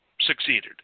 succeeded